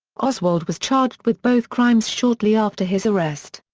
oswald was charged with both crimes shortly after his arrest.